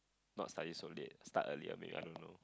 not study so late start earlier a bit I don't know